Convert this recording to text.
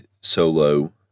solo